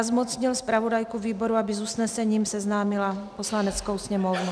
Zmocnil zpravodajku výboru, aby s usnesením seznámila Poslaneckou sněmovnu.